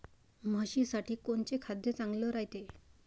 म्हशीसाठी कोनचे खाद्य चांगलं रायते?